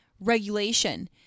regulation